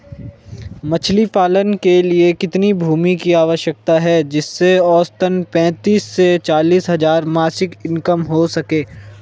मछली पालन के लिए कितनी भूमि की आवश्यकता है जिससे औसतन पैंतीस से चालीस हज़ार मासिक इनकम हो सके?